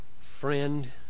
friend